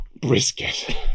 brisket